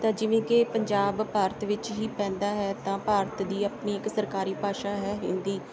ਤਾਂ ਜਿਵੇਂ ਕਿ ਪੰਜਾਬ ਭਾਰਤ ਵਿੱਚ ਹੀ ਪੈਂਦਾ ਹੈ ਤਾਂ ਭਾਰਤ ਦੀ ਆਪਣੀ ਇੱਕ ਸਰਕਾਰੀ ਭਾਸ਼ਾ ਹੈ ਹਿੰਦੀ